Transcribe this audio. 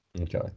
Okay